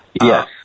Yes